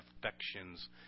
affections